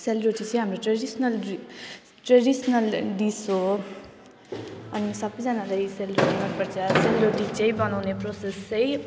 सेलरोटी चाहिँ हाम्रो traditional dish traditional dish हो अनि सबैजनालाई सेलरोटी मनपर्छ सेलरोटी चाहिँ बनाउने प्रोसेस चाहिँ